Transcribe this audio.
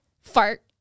fart